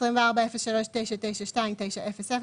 24.03.992900